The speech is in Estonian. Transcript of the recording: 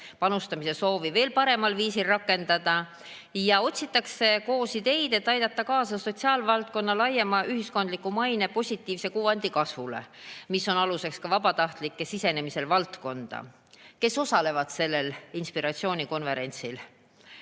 panustamise soovi veel paremal viisil rakendada, ja otsitakse koos ideid, et aidata kaasa sotsiaalvaldkonna laiema ühiskondliku maine positiivse kuvandi kasvule, mis on aluseks ka vabatahtlike sisenemisele valdkonda. Kes osalevad sellel inspiratsioonikonverentsil?